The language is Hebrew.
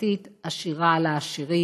פרטית עשירה לעשירים,